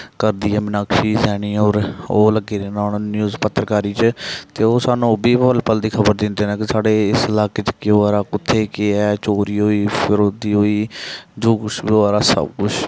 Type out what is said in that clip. करदी ऐ मिनाक्षी सैनी होर ओह् लग्गी दी हून न्यूज पत्रकारी च ते ओह् सानूं ओह् बी पल पल दी खबर दिंदे न ते साढ़े इस इलाके च केह् होआ दा कु'त्थें केह् ऐ चोरी होई गेई फरोती होई गेई जो कुछ बी होआ दा सब कुछ